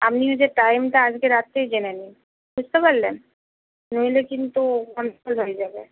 আপনি টাইমটা আজকের রাত্রেই জেনে নিন বুঝতে পারলেন নইলে কিন্তু হয়ে যাবে